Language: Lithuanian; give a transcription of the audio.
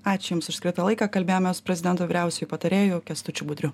ačiū jums už skirtą laiką kalbėjomės su prezidento vyriausiuoju patarėju kęstučiu budriu